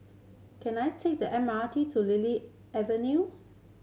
can I take the M R T to Lily Avenue